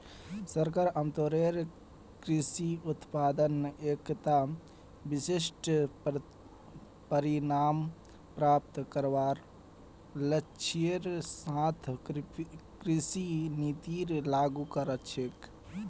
सरकार आमतौरेर कृषि उत्पादत एकता विशिष्ट परिणाम प्राप्त करवार लक्ष्येर साथ कृषि नीतिर लागू कर छेक